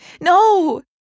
No